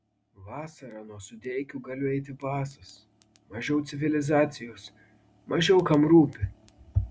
vasarą nuo sudeikių galiu eiti basas mažiau civilizacijos mažiau kam rūpi